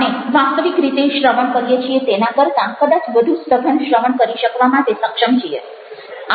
આપણે વાસ્તવિક રીતે શ્રવણ કરીએ છીએ તેના કરતાં કદાચ વધુ સઘન શ્રવણ કરી શકવા માટે સક્ષમ છીએ